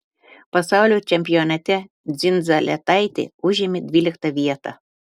pasaulio čempionate dzindzaletaitė užėmė dvyliktą vietą